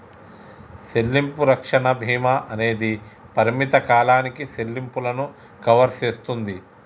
సెల్లింపు రక్షణ భీమా అనేది పరిమిత కాలానికి సెల్లింపులను కవర్ సేస్తుంది